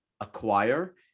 acquire